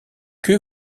que